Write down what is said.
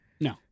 No